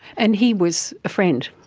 and he was a friend.